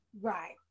Right